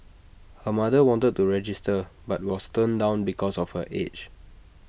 her mother wanted to register but was turned down because of her age